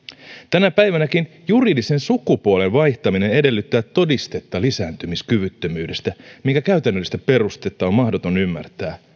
tänä päivänäkin juridisen sukupuolen vaihtaminen edellyttää todistetta lisääntymiskyvyttömyydestä minkä käytännöllistä perustetta on mahdoton ymmärtää